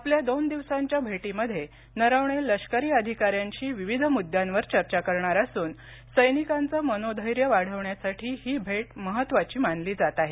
आपल्या दोन दिवसांच्या भेटीमध्ये नरवणे लष्करी अधिकाऱ्यांशी विविध मुद्द्यांवर चर्चा करणार असून सैनिकांचं मनोधैर्य वाढवण्यासाठी ही भेट महत्वाची मानली जात आहे